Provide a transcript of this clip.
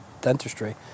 dentistry